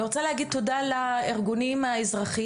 אני רוצה להגיד תודה לארגונים האזרחיים